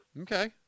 Okay